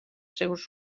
seus